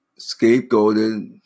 scapegoated